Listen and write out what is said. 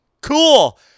Cool